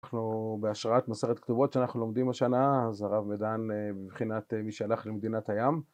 אנחנו בהשראת מסכת כתובות שאנחנו לומדים השנה, אז הרב מדן בבחינת מי שהלך למדינת הים